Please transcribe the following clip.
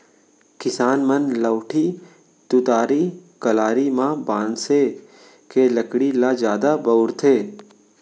किसान मन लउठी, तुतारी, कलारी म बांसे के लकड़ी ल जादा बउरथे